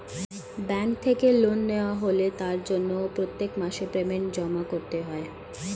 bank থেকে loan নেওয়া হলে তার জন্য প্রত্যেক মাসে পেমেন্ট জমা করতে হয়